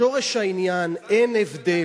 בשורש העניין אין הבדל.